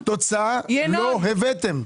תוצאה לא הבאתם.